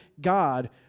God